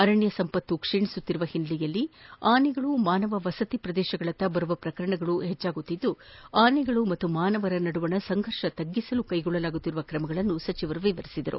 ಅರಣ್ಯ ಸಂಪತ್ತು ಕ್ಷೀಣಿಸುತ್ತಿರುವ ಹಿನ್ನೆಲೆಯಲ್ಲಿ ಆನೆಗಳು ಮಾನವ ವಸತಿ ಪ್ರದೇಶಗಳತ್ತ ಬರುವ ಪ್ರಕರಣಗಳು ಹೆಚ್ಚಾಗುತ್ತಿರುವ ಹಿನ್ನೆಲೆಯಲ್ಲಿ ಆನೆಗಳು ಮತ್ತು ಮಾನವರ ನಡುವಣ ಸಂಘರ್ಷ ತಗ್ಗಿಸಲು ಕೈಗೊಳ್ಳಲಾಗುತ್ತಿರುವ ಕ್ರಮಗಳನ್ನು ಸಚಿವರು ವಿವರಿಸಿದರು